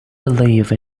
live